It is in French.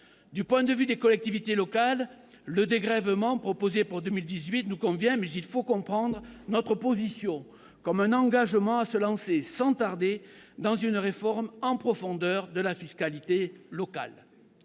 Du point de vue des collectivités locales, le dégrèvement proposé pour 2018 nous convient. Mais il faut comprendre notre position comme un engagement à se lancer sans tarder dans une réforme en profondeur de la fiscalité locale.